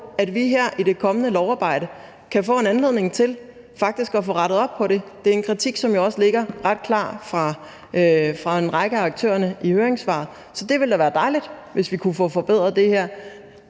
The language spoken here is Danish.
at vi her i det kommende lovarbejde kan få anledning til faktisk at få rettet op på det. Det er en kritik, som jo også ligger ret klar fra en række af aktørernes side i høringssvar; så det ville da være dejligt, hvis vi kunne få forbedret det her.